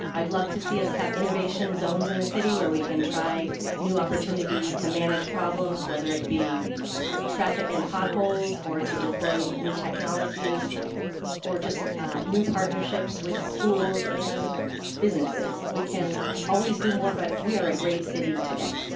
i'd love to see us have innovation zones in the city where we can try new opportunities to manage problems, whether it be traffic and pot holes or to deploy new technologies or just new partnerships with schools and businesses. we can always did more, but we are a great city today.